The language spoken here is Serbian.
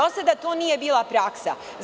Do sada to nije bila praksa.